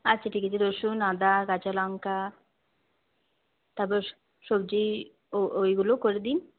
আচ্ছা ঠিক আছে রসুন আদা কাঁচা লঙ্কা তারপর সবজি ও ওইগুলোও করে দিন